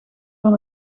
van